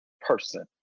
person